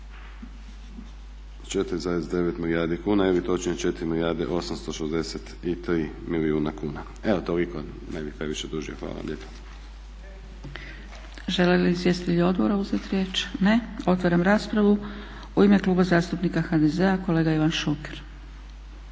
4,9 milijardi kuna ili točnije 4 milijarde 863 milijuna kuna. Evo toliko, ne bih previše dužio. Hvala vam lijepa. **Zgrebec, Dragica (SDP)** Žele li izvjestitelji odbora uzeti riječ? Ne. Otvaram raspravu. U ime Kluba zastupnika HDZ-a kolega Ivan Šuker.